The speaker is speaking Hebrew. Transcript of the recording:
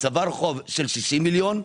צבר חוב של 60 מיליון,